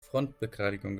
frontbegradigung